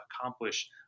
accomplish